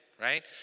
right